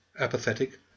apathetic